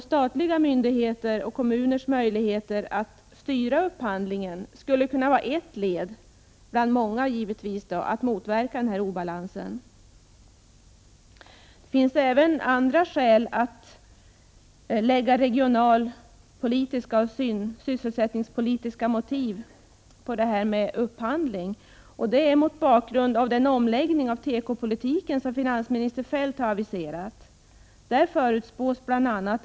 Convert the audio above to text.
Statliga myndigheters och kommuners möjligheter att styra upphandlingen skulle kunna vara ett led bland många i arbetet för att motverka denna obalans. Det finns även andra skäl att lägga regionalpolitiska och sysselsättningspolitiska motiv bakom statlig upphandling mot bakgrund av den omläggning av tekopolitiken som finansminister Feldt har aviserat.